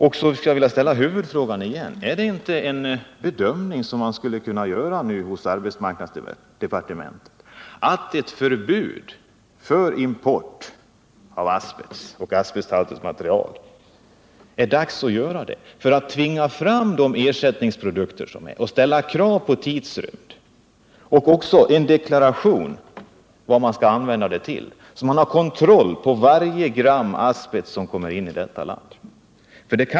Jag skulle vilja upprepa min huvudfråga: Är det inte dags för ett förbud mot import av asbest och asbesthaltigt material för att tvinga fram de ersättningsprodukter som behövs? Är det inte dags att ställa krav på den tidsrymd detta får ta? Är det inte dags att införa en deklaration om vad man får använda asbesten till, så att man har kontroll på varje gram asbest som kommer in i landet?